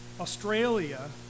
Australia